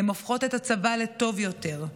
הן הופכות את הצבא לטוב יותר.